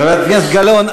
חברת הכנסת גלאון,